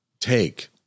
take